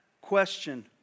question